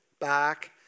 back